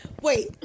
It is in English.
Wait